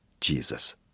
Jesus